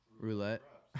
Roulette